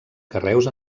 carreus